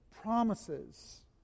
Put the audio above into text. promises